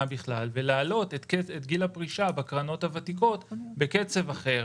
בכלל ולהעלות את גיל הפרישה בקרנות הוותיקות בקצב אחר,